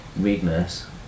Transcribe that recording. weakness